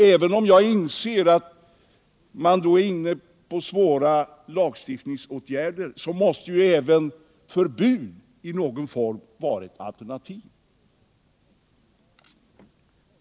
Även om jag inser att man då kan ställas inför svåra lagstiftningsfrågor kan förbud i någon form vara ett alternativ.